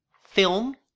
film